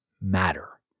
matter